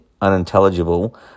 unintelligible